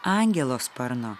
angelo sparno